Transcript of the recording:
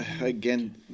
again